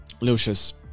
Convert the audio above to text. Lucius